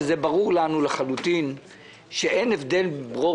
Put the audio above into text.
שזה ברור לנו לחלוטין שאין הבדל בין ברור